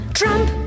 trump